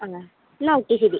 ആണോ എന്നാൽ ഓക്കെ ശരി